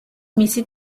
მისი